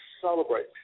celebrate